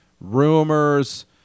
rumors